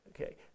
Okay